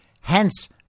hence